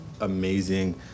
amazing